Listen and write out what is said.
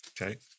Okay